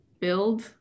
build